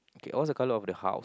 okay what's the colour of the house